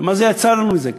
ומה יצא לנו מזה?